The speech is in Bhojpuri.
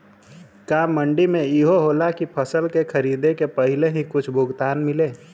का मंडी में इहो होला की फसल के खरीदे के पहिले ही कुछ भुगतान मिले?